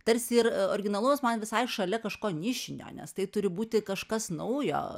tarsi ir originalumas man visai šalia kažko nišinio nes tai turi būti kažkas naujo